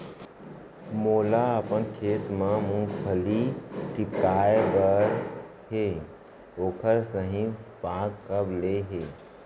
मोला अपन खेत म मूंगफली टिपकाय बर हे ओखर सही पाग कब ले हे?